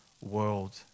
world